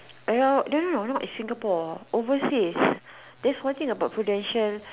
around no no no is Singapore overseas thats one thing about Prudential